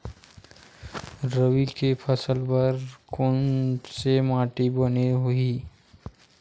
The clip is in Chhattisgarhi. रबी के फसल बर कोन से माटी बने होही?